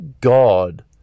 God